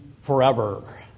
forever